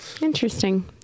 Interesting